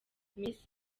miss